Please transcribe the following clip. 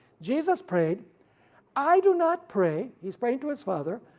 jesus prayed i do not pray, he is praying to his father,